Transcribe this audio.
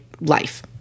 life